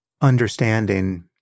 understanding